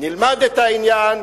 נלמד את העניין,